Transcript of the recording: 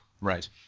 right